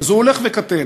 אז הוא הולך וקטן.